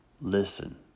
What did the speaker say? Listen